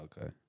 Okay